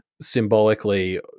symbolically